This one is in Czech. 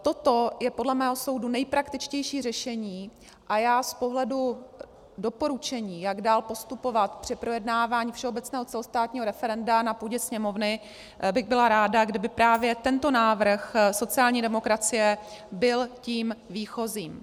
Toto je podle mého soudu nejpraktičtější řešení a já z pohledu doporučení, jak dál postupovat při projednávání všeobecného celostátního referenda na půdě Sněmovny, bych byla ráda, kdyby právě tento návrh sociální demokracie byl tím výchozím.